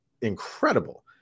incredible